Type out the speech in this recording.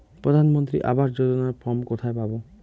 প্রধান মন্ত্রী আবাস যোজনার ফর্ম কোথায় পাব?